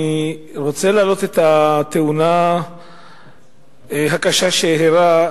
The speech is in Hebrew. אני רוצה להעלות את נושא התאונה הקשה שאירעה,